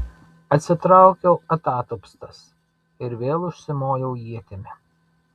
atsitraukiau atatupstas ir vėl užsimojau ietimi